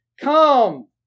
Come